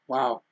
Wow